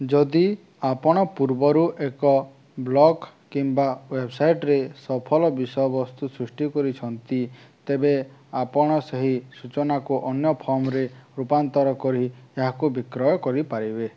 ଯଦି ଆପଣ ପୂର୍ବରୁ ଏକ ବ୍ଲଗ୍ କିମ୍ୱା ୱେବ୍ସାଇଟ୍ରେ ସଫଳ ବିଷୟବସ୍ତୁ ସୃଷ୍ଟି କରିଛନ୍ତି ତେବେ ଆପଣ ସେହି ସୂଚନାକୁ ଅନ୍ୟ ଫର୍ମରେ ରୂପାନ୍ତର କରି ଏହାକୁ ବିକ୍ରୟ କରିପାରିବେ